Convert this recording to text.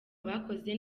abakoze